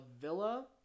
Villa